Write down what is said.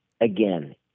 again